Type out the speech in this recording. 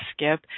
skip